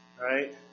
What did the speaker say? Right